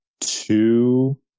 two